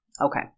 Okay